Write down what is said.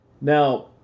Now